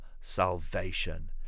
salvation